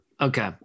Okay